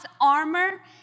armor